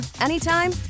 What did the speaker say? anytime